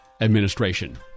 administration